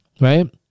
right